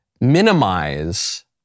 minimize